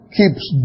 keeps